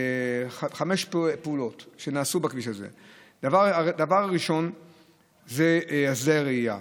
חמש פעולות נעשו בכביש הזה: דבר ראשון זה שדה הראייה,